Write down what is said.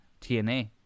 TNA